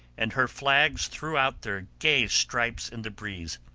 and her flags threw out their gay stripes in the breeze.